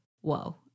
Whoa